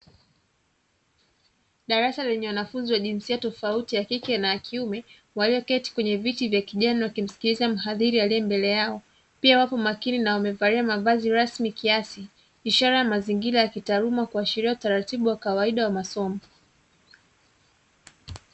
Darasa lenye wanafunzi wa jinsia tofauti ya kike na kiume walioketi kwenye viti vya kijani wakimsikiliza mhadhiri aliye mbele yao. Pia wapo makini na wamevalia mavazi rasmi kiasi, ishara ya mazingira ya kitaaluma kuashiria utaratibu wa kawaida wa masomo.